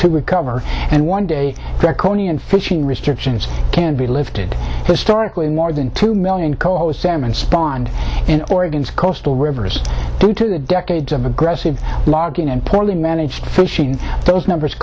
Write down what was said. to recover and one day corny and fishing restrictions can be lifted historically more than two million koalas salmon spawn in oregon's coastal rivers two decades of aggressive logging and poorly managed fishing those numbers